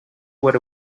what